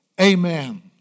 Amen